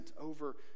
over